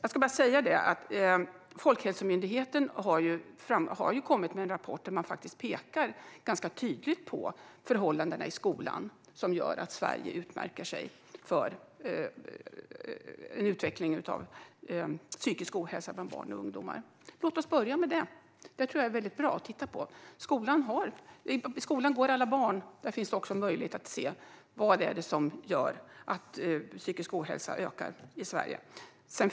För övrigt har Folkhälsomyndigheten kommit med en rapport i vilken man ganska tydligt pekar på förhållandena i skolan som orsak till att Sverige utmärker sig vad gäller utvecklingen av psykisk ohälsa bland barn och ungdomar. Låt oss börja med det! Jag tror att det vore bra att titta på det. Alla barn går i skolan, och där finns det också möjlighet att se vad som gör att den psykiska ohälsan i Sverige ökar.